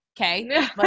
Okay